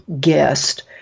guest